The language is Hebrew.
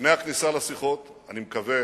לפני הכניסה לשיחות, אני מקווה